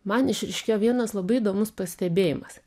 man išryškėjo vienas labai įdomus pastebėjimas